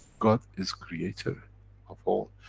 god is creator of all,